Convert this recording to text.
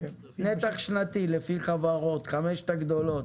נתח שנתי לפי חברות בחמש הגדולות.